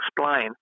explain